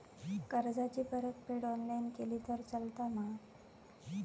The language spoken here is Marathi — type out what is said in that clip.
कर्जाची परतफेड ऑनलाइन केली तरी चलता मा?